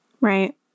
Right